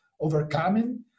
overcoming